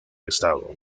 estado